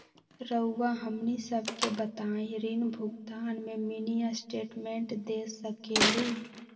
रहुआ हमनी सबके बताइं ऋण भुगतान में मिनी स्टेटमेंट दे सकेलू?